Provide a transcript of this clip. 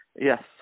Yes